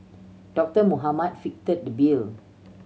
Doctor Mohamed fitted the bill